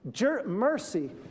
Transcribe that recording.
mercy